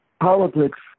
Politics